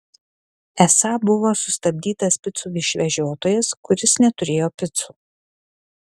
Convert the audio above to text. esą buvo sustabdytas picų išvežiotojas kuris neturėjo picų